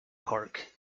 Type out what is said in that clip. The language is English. park